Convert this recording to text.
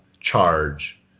charge